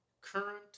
current